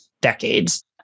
decades